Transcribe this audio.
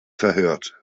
verhört